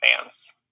fans